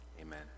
Amen